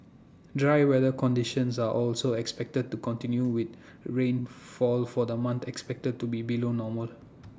dry weather conditions are also expected to continue with rainfall for the month expected to be below normal